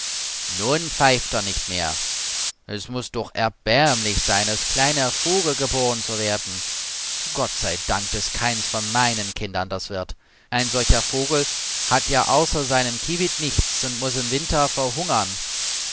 nun pfeift er nicht mehr es muß doch erbärmlich sein als kleiner vogel geboren zu werden gott sei dank daß keins von meinen kindern das wird ein solcher vogel hat ja außer seinem quivit nichts und muß im winter verhungern